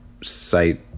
site